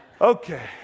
Okay